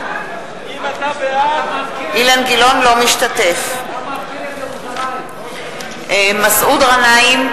אינו משתתף בהצבעה מסעוד גנאים,